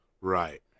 Right